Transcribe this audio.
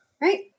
right